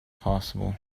possible